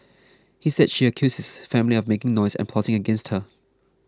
he said she accused his family of making noise and plotting against her